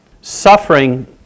Suffering